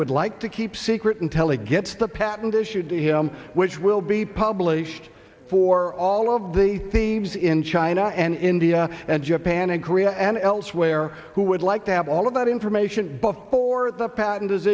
would like to keep secret until he gets the patent issued which will be published for all of the themes in china and india and japan and korea and elsewhere who would like to have all of that information before the patent